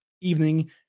evening